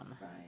right